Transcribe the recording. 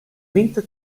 winter